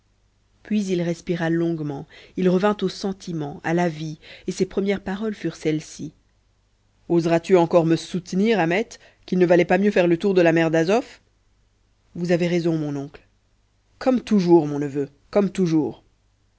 puis il respira longuement il revint au sentiment à la vie et ses premières paroles furent celles-ci oseras tu encore me soutenir ahmet qu'il ne valait pas mieux faire le tour de la mer d'azof vous avez raison mon oncle comme toujours mon neveu comme toujours